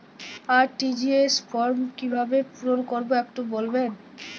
RTGS form কিভাবে পূরণ করবো একটু বলবেন?